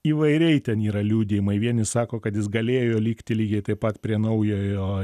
įvairiai ten yra liudijimai vieni sako kad jis galėjo likti lygiai taip pat prie naujojo